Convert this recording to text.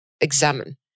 examine